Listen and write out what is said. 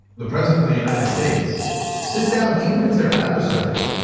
the president of the united states sit down, even if it's their adversaries.